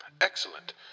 Excellent